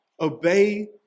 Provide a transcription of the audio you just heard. obey